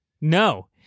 No